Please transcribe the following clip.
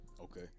Okay